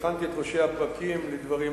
כשהכנתי את ראשי הפרקים לדברים אלה,